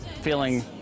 Feeling